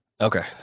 okay